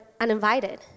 uninvited